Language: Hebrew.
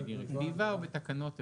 בדירקטיבה או בתקנות אירופיות?